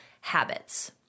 habits